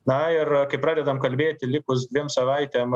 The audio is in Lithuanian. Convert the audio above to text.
na ir kai pradedam kalbėti likus dviem savaitėm